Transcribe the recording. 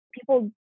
people